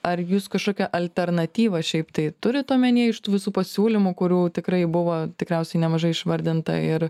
ar jūs kažkokią alternatyvą šiaip tai turint omeny iš tų visų pasiūlymų kurių tikrai buvo tikriausiai nemažai išvardinta ir